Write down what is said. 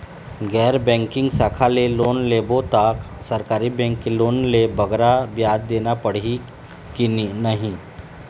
गैर बैंकिंग शाखा ले लोन लेबो ता सरकारी बैंक के लोन ले बगरा ब्याज देना पड़ही ही कि नहीं?